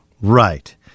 right